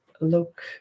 look